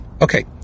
okay